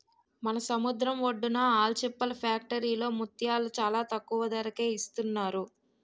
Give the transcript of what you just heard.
మన సముద్రం ఒడ్డున ఆల్చిప్పల ఫ్యాక్టరీలో ముత్యాలు చాలా తక్కువ ధరకే ఇస్తున్నారు